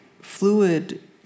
fluid